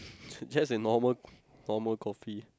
just a normal normal kopi